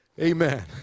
Amen